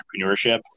entrepreneurship